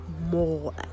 more